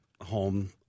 home